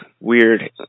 weird